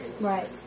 Right